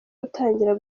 gutangira